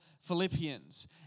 Philippians